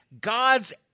God's